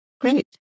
great